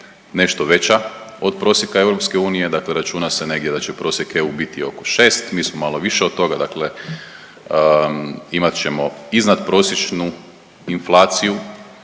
nešto veća od prosjeka EU, dakle računa se negdje da će prosjek EU biti oko 6, mi smo malo više od toga dakle imat ćemo iznadprosječnu inflaciju,